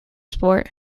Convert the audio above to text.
sport